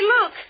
look